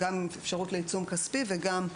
גם ההורה זאת הגדרה ספציפית לצורך הסעיף וגם ההופעה.